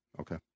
Okay